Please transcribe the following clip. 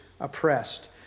oppressed